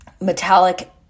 metallic